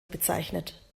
bezeichnet